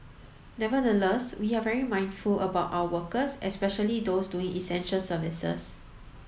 nevertheless we are very mindful about our workers especially those doing essential services